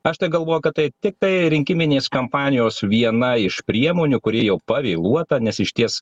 aš tai galvoju kad tai tiktai rinkiminės kampanijos viena iš priemonių kuri jau pavėluota nes išties